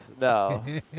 No